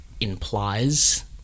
implies